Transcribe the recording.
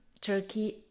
Turkey